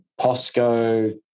POSCO